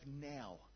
now